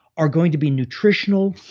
are going to be nutritional,